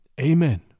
Amen